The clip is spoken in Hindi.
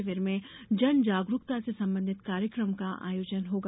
शिविर में जन जागरूकता से संबधित कार्यक्रम का आयोजन होगा